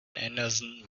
anderson